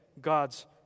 God's